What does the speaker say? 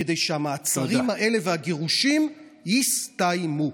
כדי שהמעצרים האלה והגירושים יסתיימו.